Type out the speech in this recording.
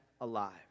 alive